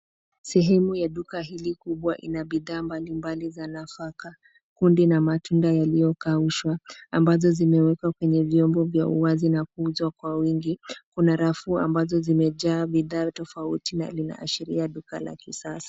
Sehemu ya duka hili kubwa ina bidhaa mbalimbali za nafaka, kunde na matunda yaliyokaushwa ambazo zimewekwa kwenye vyombo vya uwazi na kuuzwa kwa wingi. Kuna rafu ambazo zimejaa bidhaa tofauti na linaashiria duka la kisasa.